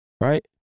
Right